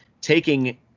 taking